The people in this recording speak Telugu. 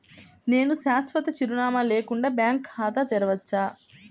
నేను శాశ్వత చిరునామా లేకుండా బ్యాంక్ ఖాతా తెరవచ్చా?